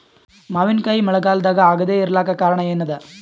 ಮಾವಿನಕಾಯಿ ಮಳಿಗಾಲದಾಗ ಆಗದೆ ಇರಲಾಕ ಕಾರಣ ಏನದ?